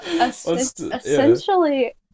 Essentially